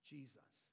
Jesus